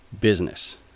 business